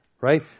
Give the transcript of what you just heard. right